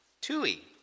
Tui